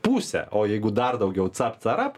pusę o jeigu dar daugiau cap carap